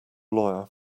lawyer